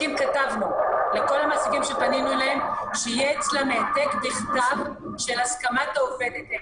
לכל המעסיקים שפנינו אליהם דרשנו שיהיה אצלם העתק בכתב של הסכמת העובדת.